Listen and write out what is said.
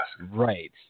right